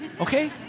Okay